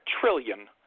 trillion